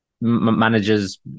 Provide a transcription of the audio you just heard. managers